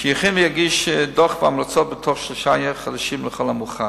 שיכין ויגיש דוח והמלצות בתוך שלושה חודשים לכל המאוחר.